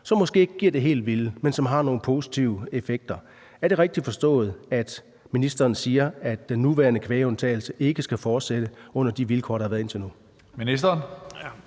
måske ikke giver det helt vilde, men har nogle positive effekter. Er det rigtigt forstået, at ministeren siger, at den nuværende kvægundtagelse ikke skal fortsætte under de vilkår, der har været indtil nu?